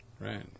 right